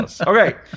Okay